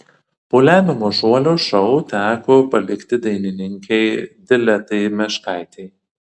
po lemiamo šuolio šou teko palikti dainininkei diletai meškaitei